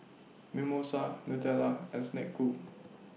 Mimosa Nutella and Snek Ku